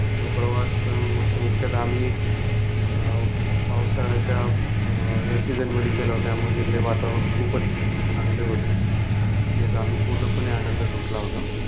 आणि तो प्रवास मुख्य मुख्यत आम्ही पावसाळ्याच्या या सीजनमध्ये केला होता त्यामुळे तिथले वातावरण खूपच चांगले होते आणि त्याचा आम्ही पूर्णपणे आनंद लुटला होता